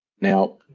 Now